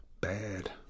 Bad